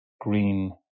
green